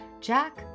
Jack